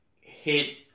hit